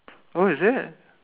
oh is it